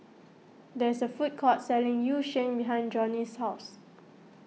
there is a food court selling Yu Sheng behind Johney's house